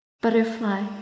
butterfly